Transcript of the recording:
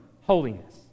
holiness